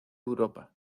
europa